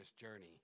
journey